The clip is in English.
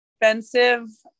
expensive